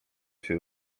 się